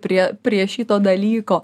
prie prie šito dalyko